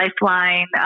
Lifeline